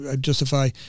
justify